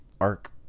arc